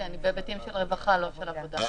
כן, היא בהיבטים של רווחה, לא של עבודה.